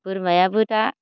बोरमायाबो दा